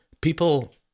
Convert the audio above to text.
people